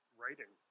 writing